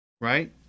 right